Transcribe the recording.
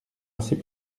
assez